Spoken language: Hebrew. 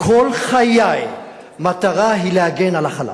כל חיי מטרתי היא להגן על החלש.